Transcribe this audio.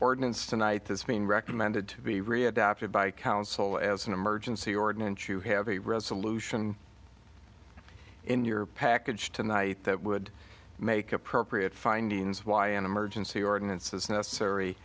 ordinance tonight this being recommended to be readopted by council as an emergency ordinance you have a resolution in your package tonight that would make appropriate findings why an emergency ordinance is necessary